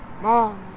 mom